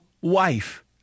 wife